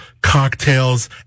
cocktails